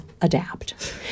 adapt